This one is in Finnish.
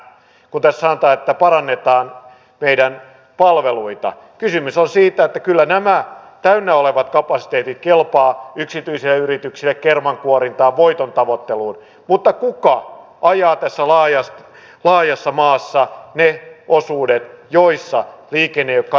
kun tässä sanotaan että parannetaan meidän palveluita kysymys on siitä että kyllä nämä täynnä olevat kapasiteetit kelpaavat yksityisille yrityksille kermankuorintaan voitontavoitteluun mutta kuka ajaa tässä laajassa maassa ne osuudet joissa liikenne ei ole kannattavaa